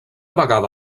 vegada